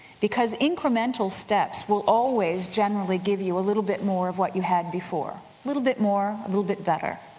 because incremental steps will always generally give you a little bit more of what you had before, a little bit more, a little bit better.